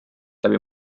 läbi